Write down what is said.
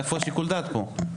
איפה שיקול הדעת כאן?